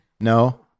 no